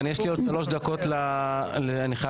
חבר הכנסת רון כץ, רוצה